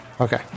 Okay